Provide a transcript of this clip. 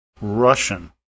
Russian